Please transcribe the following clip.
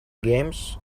games